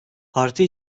parti